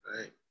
right